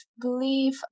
believe